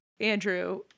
Andrew